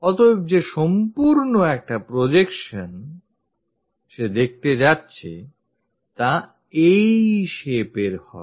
অতএব যে সম্পূর্ণ একটা projection সে দেখতে যাচ্ছে তা এই shape এর হবে